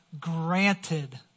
granted